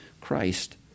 Christ